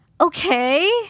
Okay